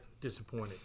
disappointed